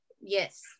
Yes